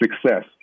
success